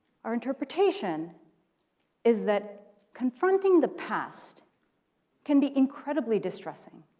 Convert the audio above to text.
our interpretation is that confronting the past can be incredibly distressing.